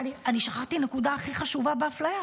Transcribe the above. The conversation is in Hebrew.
שכחתי את הנקודה הכי חשובה באפליה,